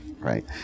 right